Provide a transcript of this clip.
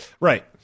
right